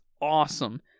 Awesome